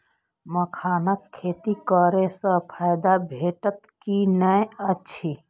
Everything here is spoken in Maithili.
मखानक खेती करे स फायदा भेटत की नै अछि?